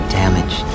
damage